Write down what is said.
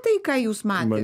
tai ką jūs matėt